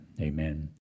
Amen